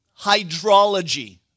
hydrology